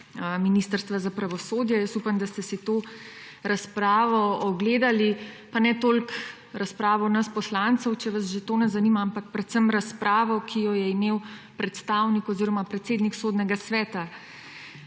Ministrstva za pravosodje. Jaz upam, da ste si to razpravo ogledali. Pa ne toliko razpravo nas poslancev, če vas že to ne zanima, ampak predvsem razpravo, ki jo je imel predsednik Sodnega sveta.